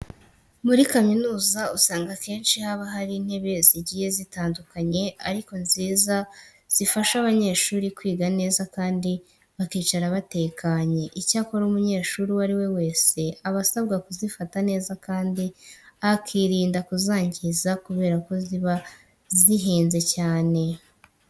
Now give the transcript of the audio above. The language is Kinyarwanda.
Muri kaminuza usanga akenshi haba hari intebe zigiye zitandukanye ariko nziza zifasha abanyeshuri kwiga neza kandi bakicara batekanye. Icyakora umunyeshuri uwo ari we wese aba asabwa kuzifata neza kandi akirinda kuzangiza kubera ko ziba zihenze cyane.